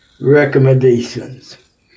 recommendations